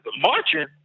marching